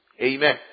amen